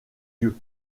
yeux